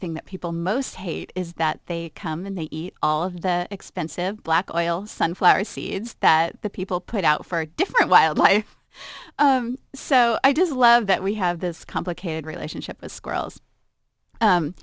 thing that people most hate is that they come in they eat all of the expensive black oil sunflower seeds that the people put out for different wildlife so i just love that we have this complicated relationship with squirrels